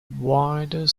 wider